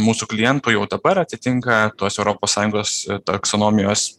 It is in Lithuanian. mūsų klientų jau dabar atitinka tuos europos sąjungos taksonomijos